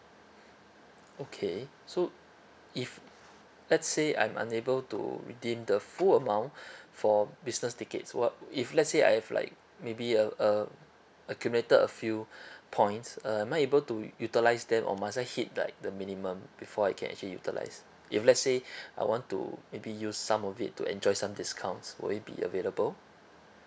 okay so if let's say I'm unable to redeem the full amount for business tickets what if let's say I have like maybe a uh accumulated a few points uh am I able to utilise them or must I hit like the minimum before I can actually utilise if let's say I want to maybe use some of it to enjoy some discounts will it be available